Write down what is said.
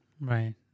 Right